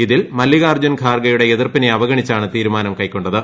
ഇതിൽ മല്ലികാർജ്ജുൻ ഖാർഗെയുടെ എതിർപ്പിനെ അവഗണിച്ചാണ് തീരുമാനം കൈക്കൊണ്ടത്